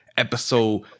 episode